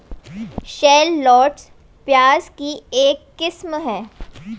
shallots, प्याज की एक किस्म है